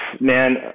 Man